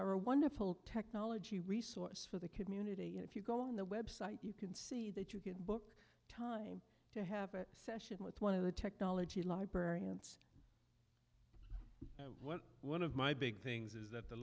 a wonderful technology resource for the community and if you go on the website you can see that you can book time to have a session with one of the technology librarians one of my big things is that the